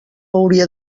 hauria